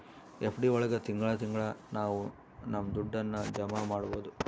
FD ಒಳಗ ತಿಂಗಳ ತಿಂಗಳಾ ನಾವು ನಮ್ ದುಡ್ಡನ್ನ ಜಮ ಮಾಡ್ಬೋದು